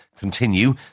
continue